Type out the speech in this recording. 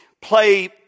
play